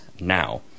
now